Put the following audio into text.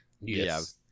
Yes